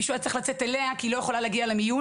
מישהו היה צריך לצאת אליה כי היא לא יכולה להגיע למיון.